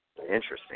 Interesting